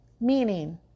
Meaning